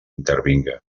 intervinga